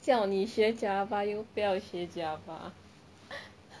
叫你学 Java 又不要学 Java